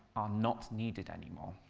are not needed anymore,